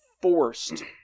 forced